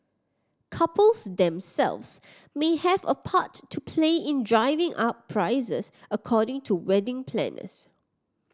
couples themselves may have a part to play in driving up prices according to wedding planners